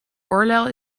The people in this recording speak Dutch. oorlel